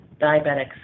diabetics